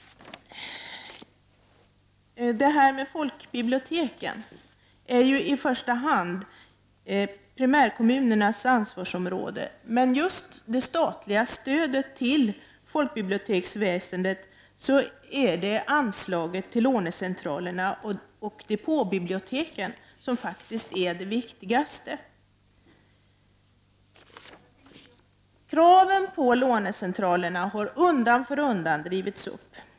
Folkbiblioteken är i första hand primärkommunernas ansvarsområde, men av statens stöd till folkbiblioteksväsendet är anslaget till lånecentraler och depåbibliotek viktigast. Kraven på lånecentralerna har undan för undan drivits upp.